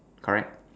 correct